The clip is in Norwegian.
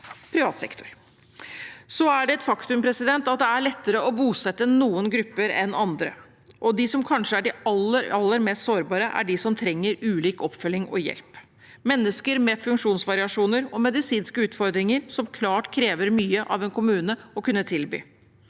privat sektor. Så er det et faktum at det er lettere å bosette noen grupper enn andre, og de som kanskje er aller mest sårbare, er de som trenger ulik oppfølging og hjelp, mennesker med funksjonsvariasjoner og medisinske utfordringer, som det er klart krever mye av en kommune å tilby.